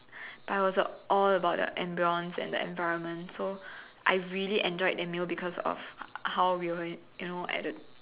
but it was all about the ambience and the environment so I really enjoyed that meal because of how we were you know at the